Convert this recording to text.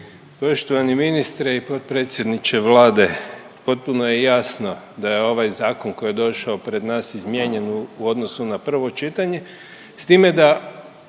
Poštovani ministre i potpredsjedniče Vlade potpuno je jasno da je ovaj zakon koji je došao pred nas izmijenjen u odnosu na prvo čitanje